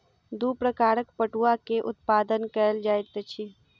दू प्रकारक पटुआ के उत्पादन कयल जाइत अछि